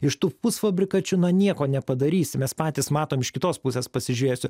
iš tų pusfabrikačių na nieko nepadarysi mes patys matom iš kitos pusės pasižiūrėsiu